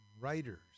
Writers